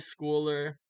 schooler